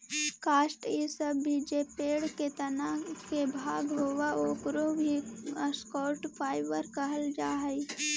काष्ठ इ सब भी जे पेड़ के तना के भाग होवऽ, ओकरो भी स्टॉक फाइवर कहल जा हई